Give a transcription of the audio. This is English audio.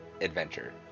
adventure